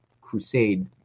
crusade